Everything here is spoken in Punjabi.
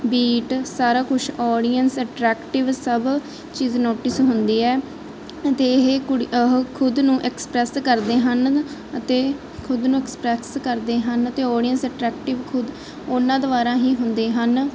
ਬੀਟ ਸਾਰਾ ਕੁਛ ਓਡੀਅੰਸ ਅਟਰੈਕਟਿਵ ਸਭ ਚੀਜ਼ ਨੋਟਿਸ ਹੁੰਦੀ ਹੈ ਅਤੇ ਇਹ ਕੁੜੀ ਉਹ ਖੁਦ ਨੂੰ ਐਕਸਪ੍ਰੈਸ ਕਰਦੇ ਹਨ ਅਤੇ ਖੁਦ ਨੂੰ ਐਕਸਪ੍ਰੈਸ ਕਰਦੇ ਹਨ ਅਤੇ ਓਡੀਅੰਸ ਅਟਰੈਕਟਿਵ ਖੁਦ ਉਹਨਾਂ ਦੁਆਰਾ ਹੀ ਹੁੰਦੇ ਹਨ